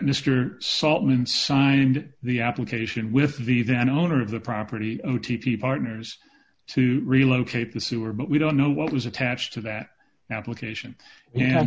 mr saltman signed the application with the then owner of the property t p partners to relocate the sewer but we don't know what was attached to that application and